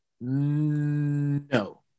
No